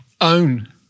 own